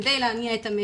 כדי להניע את המשק.